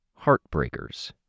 Heartbreakers